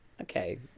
Okay